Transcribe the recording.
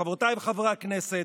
חברותיי וחברי הכנסת,